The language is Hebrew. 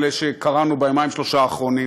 האלה שקראנו ביומיים-שלושה האחרונים,